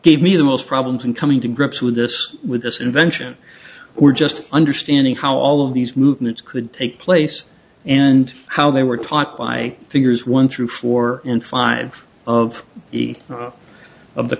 gave me the most problems in coming to grips with this with this invention we're just understanding how all of these movements could take place and how they were taught by figures one through four and five of the of the